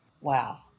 Wow